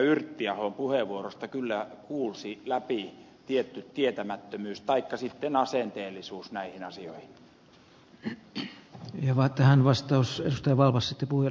yrttiahon puheenvuorosta kyllä kuulsi läpi tietty tietämättömyys taikka sitten asenteellisuus näihin asioihin